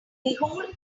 whole